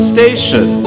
Station